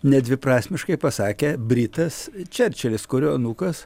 nedviprasmiškai pasakė britas čerčilis kurio anūkas